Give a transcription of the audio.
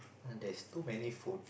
there's too many food